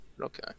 Okay